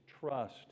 trust